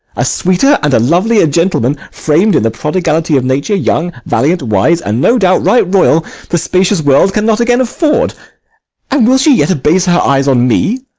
a sweeter and a lovelier gentleman fram'd in the prodigality of nature, young, valiant, wise, and, no doubt, right royal the spacious world cannot again afford and will she yet abase her eyes on me,